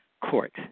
court